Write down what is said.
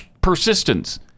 persistence